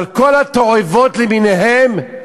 אבל כל התועבות למיניהן?